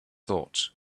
thoughts